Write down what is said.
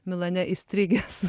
milane įstrigęs